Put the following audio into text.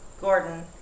Gordon